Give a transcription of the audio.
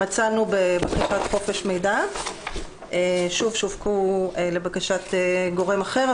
מצאנו בחופש המידע ששווקו לבקשת גורם אחר,